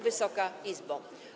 Wysoka Izbo!